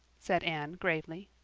said anne gravely.